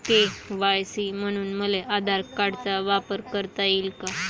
KYC म्हनून मले आधार कार्डाचा वापर करता येईन का?